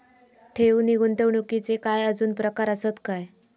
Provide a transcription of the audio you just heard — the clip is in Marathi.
ठेव नी गुंतवणूकचे काय आजुन प्रकार आसत काय?